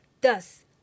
Thus